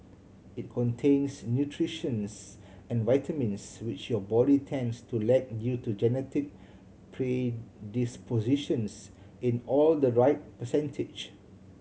it contains nutrients and vitamins which your body tends to lack due to genetic predispositions in all the right percentage